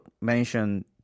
Mention